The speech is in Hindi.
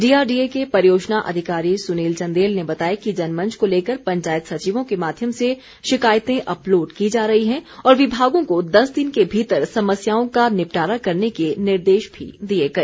डीआरडीए के परियोजना अधिकारी सुनील चंदेल ने बताया कि जनमंच को लेकर पंचायत सचिवों के माध्यम से शिकायतें अपलोड की जा रही हैं और विभागों को दस दिन के भीतर समस्याओं का निपटारा करने के निर्देश भी दिए गए